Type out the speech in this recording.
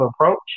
approach